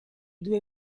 due